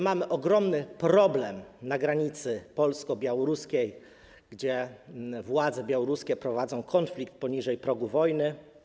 Mamy ogromny problem na granicy polsko-białoruskiej, gdzie władze białoruskie prowadzą konflikt poniżej progu wojny.